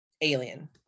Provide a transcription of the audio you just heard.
alien